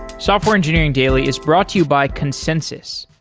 software engineering daily is brought to you by consensys.